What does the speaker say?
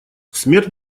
смерть